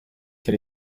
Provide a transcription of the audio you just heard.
qu’à